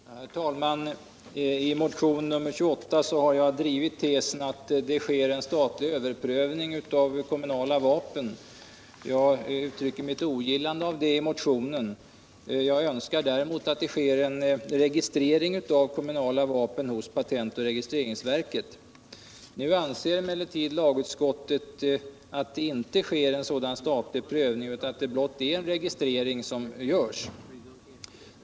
Herr talman! I motionen 1474 har jag drivit tesen att det sker en statlig överprövning av kommunala vapen. Jag uttrycker mitt ogillande över detta i motionen. Däremot önskar jag att det sker en registrering av kommunala vapen hos patent och registreringsverket. Nu anser emellertid lagutskottet att det inte sker en sådan här statlig prövning utan att det blott är en registrering som görs.